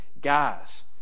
guys